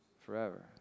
forever